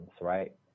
right